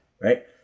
Right